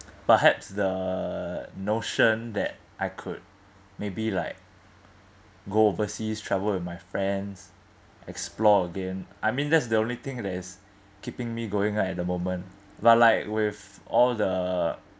perhaps the notion that I could maybe like go overseas travel with my friends explore again I mean that's the only thing that is keeping me going right at the moment but like with all the